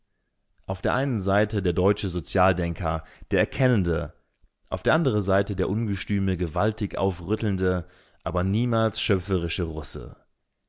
auf der einen seite der deutsche sozialdenker der erkennende auf der anderen seite der ungestüme gewaltig aufrüttelnde aber niemals schöpferische russe